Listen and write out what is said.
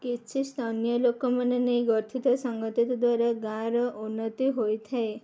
କିଛି ସ୍ଥାନୀୟ ଲୋକମାନେ ନେଇ ଗଠିତ ସଂଗଠନ ଦ୍ୱାରା ଗାଁର ଉନ୍ନତି ହୋଇଥାଏ